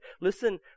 Listen